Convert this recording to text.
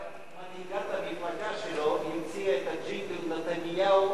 אבל מנהיגת המפלגה שלו המציאה את הג'ינגל "נתניהו,